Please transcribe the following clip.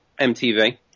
MTV